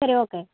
சரி ஓகே